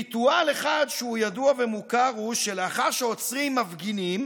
ריטואל אחד שידוע ומוכר הוא שלאחר שעוצרים מפגינים